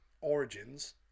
Origins